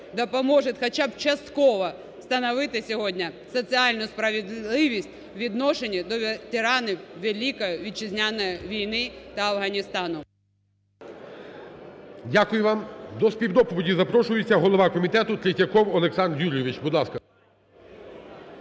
допоможе хоча б частково встановити сьогодні соціальну справедливість у відношенні до ветеранів Великої Вітчизняної війни та Афганістану. ГОЛОВУЮЧИЙ. Дякую вам. До співдоповіді запрошується голова комітету Третьяков Олександр Юрійович,